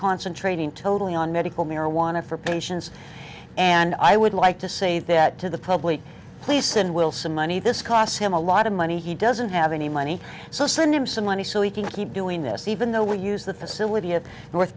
concentrating totally on medical marijuana for patients and i would like to say that to the public please send wilson money this costs him a lot of money he doesn't have any money so send him some money so he can keep doing this even though we use the facility up north